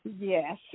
Yes